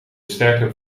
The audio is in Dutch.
sterke